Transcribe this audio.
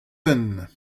benn